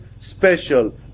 special